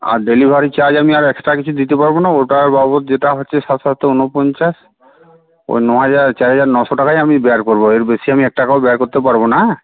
আর delivery charge আমি আর extra কিছু দিতে পারবো না ওটার বাবদ যেটা হচ্ছে সাত সাতটা উনপঞ্চাশ ওই ন হাজার চার হাজার নশো টাকাই আমি ব্যয় করবো এর বেশি আমি এক টাকাও ব্যয় করতে পারবো না হ্যাঁ